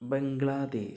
Bangladesh